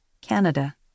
Canada